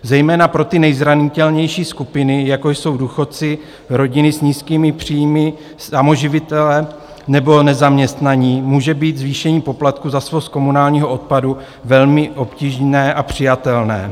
Zejména pro ty nejzranitelnější skupiny, jako jsou důchodci, rodiny s nízkými příjmy, samoživitelé nebo nezaměstnaní, může být zvýšení poplatku za svoz komunálního odpadu velmi obtížné a přijatelné.